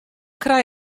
krije